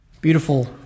Beautiful